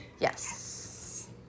Yes